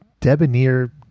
debonair